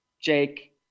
Jake